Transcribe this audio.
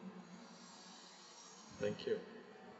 thank you